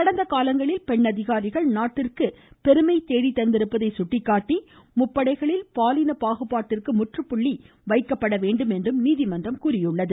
கடந்த காலங்களில் பெண் அதிகாரிகள் நாட்டிற்கு புகழைத் தேடி தந்திருப்பதை சுட்டிக்காட்டி முப்படைகளில் பாலின பாகுபாடிற்கு முற்றுப்புள்ளி வைக்கப்பட வேண்டும் என்றும் கூறியுள்ளது